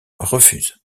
refuse